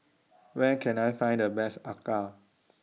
Where Can I Find The Best Acar